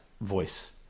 voice